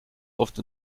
oft